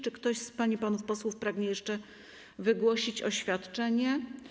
Czy ktoś z pań i panów posłów pragnie jeszcze wygłosić oświadczenie?